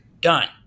Done